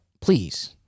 please